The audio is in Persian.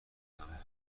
بودم